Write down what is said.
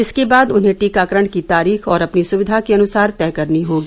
इसके बाद उन्हें टीकाकरण की तारीख अपनी सुविघा के अनुसार तय करना होगा